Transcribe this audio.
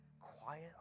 quiet